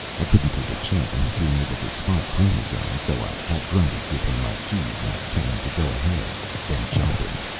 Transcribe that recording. i couldn't take a chance on his being able to spot chromazone. so i had grundy give him my keys and tell him to go ahead then jump him.